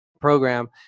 program